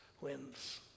wins